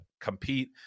compete